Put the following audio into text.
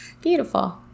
Beautiful